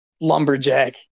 lumberjack